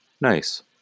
nice